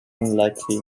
unlikely